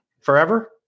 forever